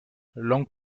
langue